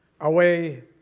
Away